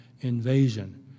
invasion